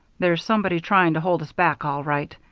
there's somebody trying to hold us back, all right.